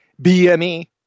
BME